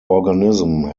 organism